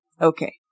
Okay